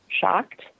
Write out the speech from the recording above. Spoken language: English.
shocked